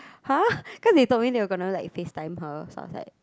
har cause they told me they were gonna like FaceTime her so I was like